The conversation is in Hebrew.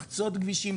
לחצות כבישים,